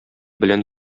белән